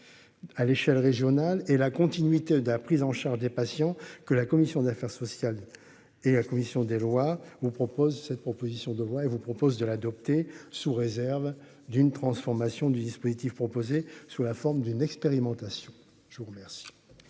À l'échelle régionale et la continuité de la prise en charge des patients que la commission des affaires sociales et à la commission des lois vous propose cette proposition de loi et vous propose de l'adopter, sous réserve d'une transformation du dispositif proposé sous la forme d'une expérimentation. Je vous remercie.